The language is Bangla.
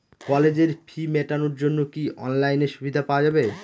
কলেজের ফি মেটানোর জন্য কি অনলাইনে সুবিধা পাওয়া যাবে?